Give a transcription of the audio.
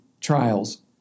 trials